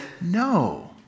no